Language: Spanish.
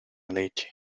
leche